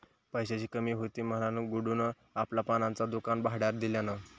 पैशाची कमी हुती म्हणान गुड्डून आपला पानांचा दुकान भाड्यार दिल्यान